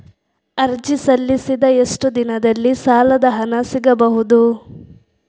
ಅರ್ಜಿ ಸಲ್ಲಿಸಿದ ಎಷ್ಟು ದಿನದಲ್ಲಿ ಸಾಲದ ಹಣ ಸಿಗಬಹುದು?